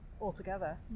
altogether